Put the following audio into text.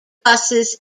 buses